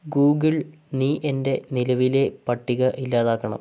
Google നീ എൻ്റെ നിലവിലെ പട്ടിക ഇല്ലാതാക്കണം